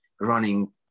running